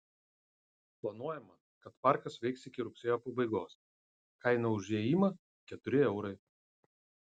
planuojama kad parkas veiks iki rugsėjo pabaigos kaina už įėjimą keturi eurai